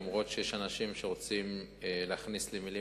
אף-על-פי שיש אנשים שרוצים להכניס לי מלים